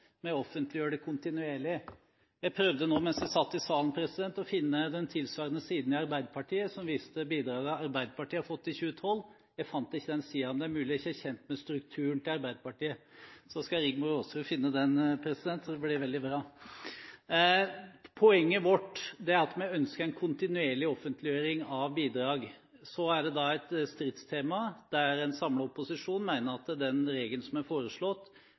med strukturen til Arbeiderpartiet, men nå skal statsråd Rigmor Aasrud finne den – det blir veldig bra. Poenget vårt er at vi ønsker en kontinuerlig offentliggjøring av bidrag. Det er et stridstema der en samlet opposisjon mener at den regelen som er foreslått